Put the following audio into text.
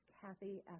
Kathy